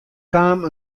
kaam